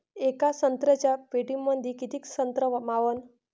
येका संत्र्याच्या पेटीमंदी किती संत्र मावन?